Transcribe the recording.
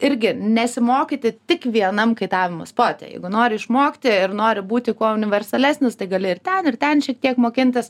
irgi nesimokyti tik vienam kaitavimo spote jeigu nori išmokti ir nori būti kuo universalesnis tai gali ir ten ir ten šiek tiek mokintis